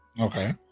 okay